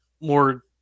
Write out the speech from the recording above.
more